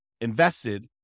invested